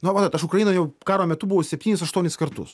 nu matot aš ukrainoj jau karo metu buvau septynis aštuonis kartus